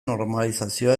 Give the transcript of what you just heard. normalizazioa